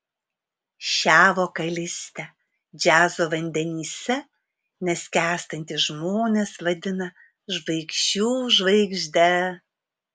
šią vokalistę džiazo vandenyse neskęstantys žmonės vadina žvaigždžių žvaigžde